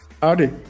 Howdy